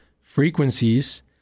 frequencies